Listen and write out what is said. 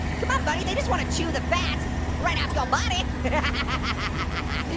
come on, buddy, they just wanna chew the fat right off your body i mean